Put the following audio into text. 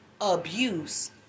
abuse